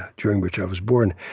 during which i was born,